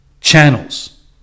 channels